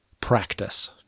practice